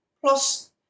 Plus